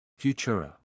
Futura